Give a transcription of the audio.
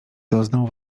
doznał